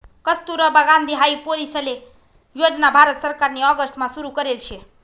कस्तुरबा गांधी हाई पोरीसले योजना भारत सरकारनी ऑगस्ट मा सुरु करेल शे